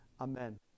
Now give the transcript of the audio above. Amen